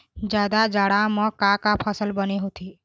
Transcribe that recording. जादा जाड़ा म का का फसल बने होथे?